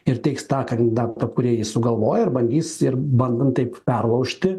ir teiks tą kandidatą kurį jie sugalvojo ir bandys ir bandant taip perlaužti